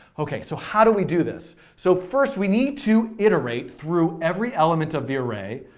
okay, so how do we do this. so first we need to iterate through every element of the array.